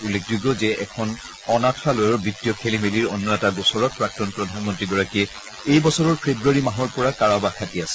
উল্লেখযোগ্য যে এখন অনাথালয়ৰ বিত্তীয় খেলিমেলিৰ অন্য এটা গোচৰত প্ৰাক্তন প্ৰধানমন্ত্ৰীগৰাকীয়ে এই বছৰৰ ফেব্ৰুৱাৰী মাহৰ পৰা কাৰাবাস খাটি আছে